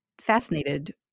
fascinated